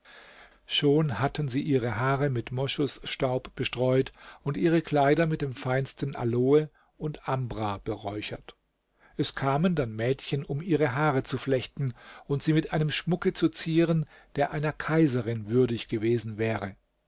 schon hatte sie ihre haare mit moschusstaub bestreut und ihre kleider mit dem feinsten aloe und ambra beräuchert es kamen dann mädchen um ihre haare zu flechten und sie mit einem schmucke zu zieren der einer kaiserin würdig gewesen wäre